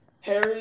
Harry